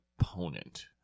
opponent